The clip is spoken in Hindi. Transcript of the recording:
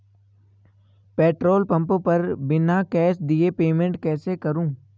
पेट्रोल पंप पर बिना कैश दिए पेमेंट कैसे करूँ?